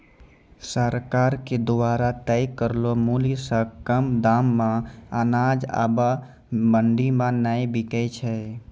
सरकार के द्वारा तय करलो मुल्य सॅ कम दाम मॅ अनाज आबॅ मंडी मॅ नाय बिकै छै